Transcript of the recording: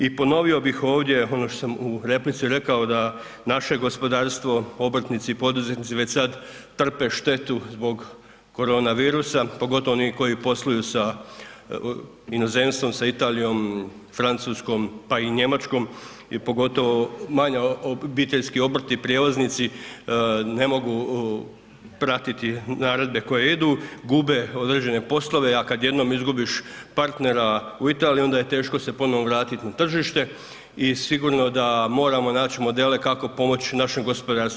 I ponovio bih ovdje ono što sam u replici rekao da naše gospodarstvo, obrtnici, poduzetnici već sad trpe štetu zbog korona virusa, pogotovo oni koji posluju sa inozemstvom, sa Italijom, Francuskom pa i Njemačkom i pogotovo manja obiteljski obrti i prijevoznici ne mogu pratiti naredbe koje idu, gube određene poslove, a kad jednom izgubiš partnera u Italiji onda je teško se ponovno vratiti na tržište i sigurno da moramo naći modele kako pomoć našem gospodarstvu.